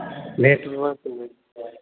net work